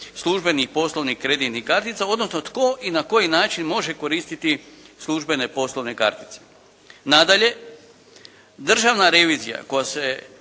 službenih poslovnih kreditnih kartica odnosno tko i na koji način može koristiti službene poslovne kartice. Nadalje, državna revizija koja se